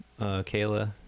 kayla